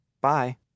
Bye